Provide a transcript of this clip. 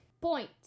Point